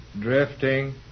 Drifting